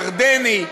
ירדני,